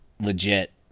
legit